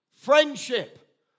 Friendship